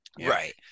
Right